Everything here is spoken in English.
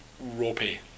ropey